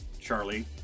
charlie